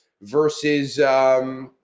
versus